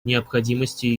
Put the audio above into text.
необходимости